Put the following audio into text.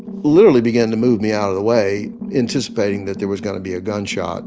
literally began to move me out of the way, anticipating that there was going to be a gunshot